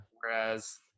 Whereas